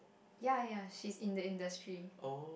ya ya she's in the industry